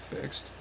fixed